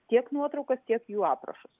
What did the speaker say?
tiek nuotraukas tiek jų aprašus